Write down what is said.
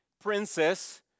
princess